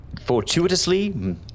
fortuitously